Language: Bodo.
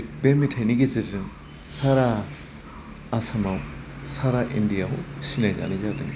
बे मेथाइनि गेजेरजों सारा आसामाव सारा इन्डियाव सिनाय जानाय जादों